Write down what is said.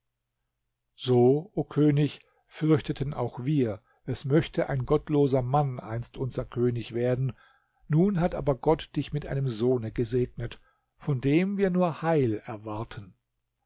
so o könig fürchteten auch wir es möchte ein gottloser mann einst unser könig werden nun hat aber gott dich mit einem sohne gesegnet von dem wir nur heil erwarten